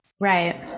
Right